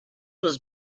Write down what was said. was